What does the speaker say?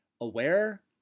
aware